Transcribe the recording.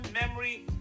memory